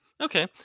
Okay